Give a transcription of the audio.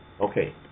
Okay